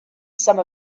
some